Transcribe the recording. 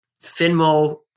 Finmo